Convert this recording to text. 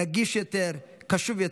רגיש יותר, קשוב יותר.